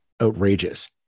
outrageous